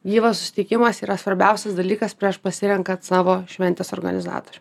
gyvas susitikimas yra svarbiausias dalykas prieš pasirenkant savo šventės organizatorių